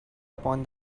upon